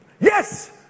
Yes